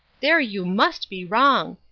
there you must be wrong.